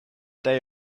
day